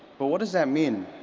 but what does that mean?